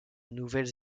nouvelles